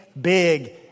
big